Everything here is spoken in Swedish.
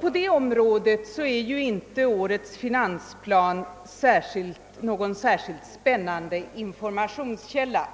På det området är årets finansplan inte någon särskilt spännande informationskälla.